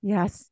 Yes